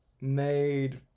made